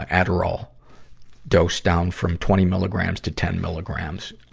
ah adderall dose down from twenty milligrams to ten milligrams,